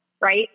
right